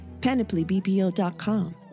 panoplybpo.com